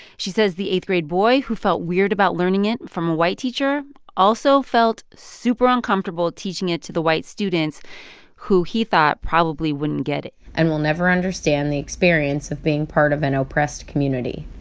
she says the eighth-grade boy who felt weird about learning it from a white teacher also felt super uncomfortable teaching it to the white students who he thought probably wouldn't get it and will never understand the experience of being part of an oppressed community.